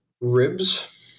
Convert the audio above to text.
Ribs